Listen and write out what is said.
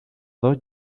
dos